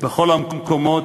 בכל המקומות,